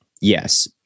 yes